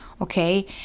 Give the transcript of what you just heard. okay